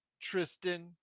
Tristan